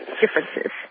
differences